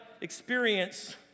experience